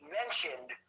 mentioned